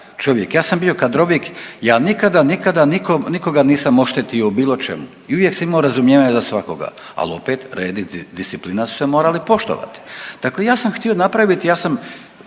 čovjek, ja sam bio kadrovik, ja nikada nikada nikoga nisam oštetio u bilo čemu i uvijek sam imao razumijevanja za svakoga, ali opet red i disciplina su se morali poštovati. Dakle ja sam htio napraviti, ja sam